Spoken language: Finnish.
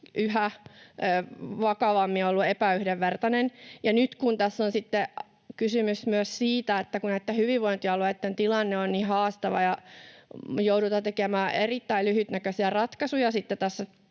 yhä vakavammin ollut epäyhdenvertainen. Ja nyt kun tässä on sitten kysymys myös siitä, että kun näitten hyvinvointialueitten tilanne on niin haastava ja joudutaan tekemään erittäin lyhytnäköisiä ratkaisuja